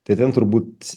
tai ten turbūt